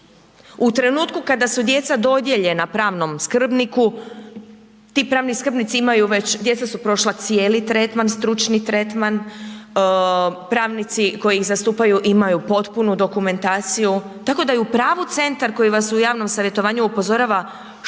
u trenutku kada su djeca dodijeljena pravnom skrbniku, ti pravni skrbnici imaju već, djeca su prošla cijeli tretman, stručni tretman, pravnici koji ih zastupaju imaju potpunu dokumentaciju, tako da je u pravu centar koji vas u javnom savjetovanju upozorava što